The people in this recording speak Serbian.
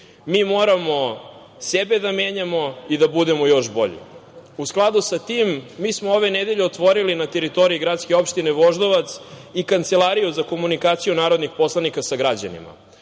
Mi moramo sebe da menjamo i da budemo još bolji.U skladu sa tim, mi smo ove nedelje otvorili na teritoriji gradske opštine Voždovac i Kancelariju za komunikaciju narodnih poslanika sa građanima.